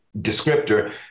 descriptor